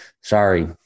Sorry